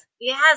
Yes